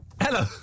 Hello